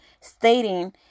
stating